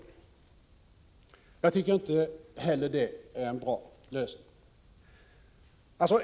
Jag tycker inte att det heller är en bra lösning.